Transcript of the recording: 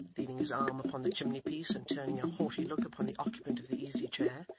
leaning his arm upon the chimney-piece, and turning a haughty look upon the occupant of the easy-chair,